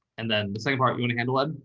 and then the second part you want to handle ah